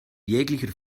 jeglicher